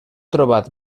trobat